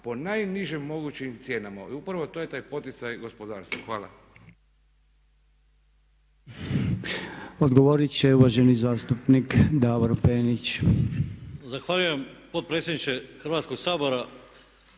po najnižim mogućim cijenama. Upravo to je taj poticaj gospodarstva. Hvala.